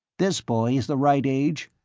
this boy is the right age.